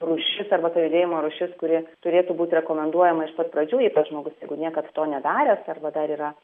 rūšis arba ta judėjimo rūšis kuri turėtų būti rekomenduojama iš pat pradžių jei tas žmogus jeigu niekad to nedaręs arba dar yra